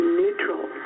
neutral